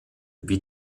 wie